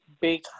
big